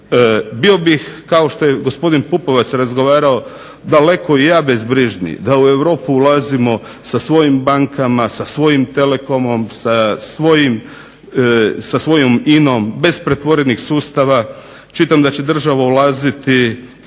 Bio bih, kao što je gospodin Pupovac razgovarao, daleko i ja bezbrižniji da u Europu ulazimo sa svojim bankama, sa svojim telekom, sa svojom INA-om, bez pretvorenih sustava. Čitam da će država ulaziti,